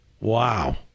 Wow